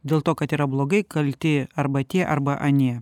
dėl to kad yra blogai kalti arba tie arba anie